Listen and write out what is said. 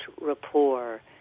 rapport